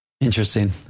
Interesting